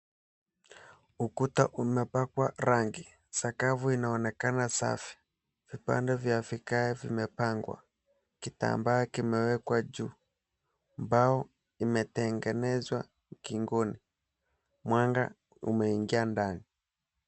Ukuta umepakwa rangi. Sakafu inaonekana safi. Vipande vya vigae vimepangwa. Kitambaa kimewekwa juu. Mbao imetengenezwa ukingoni. Mwanga umeingia ndani.